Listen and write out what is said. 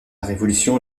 révolution